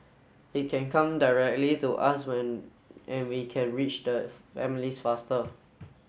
it can come directly to us when and we can reach the families faster